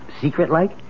secret-like